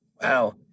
Wow